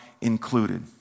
included